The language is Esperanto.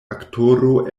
aktoro